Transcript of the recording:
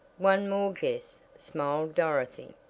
one more guess! smiled dorothy.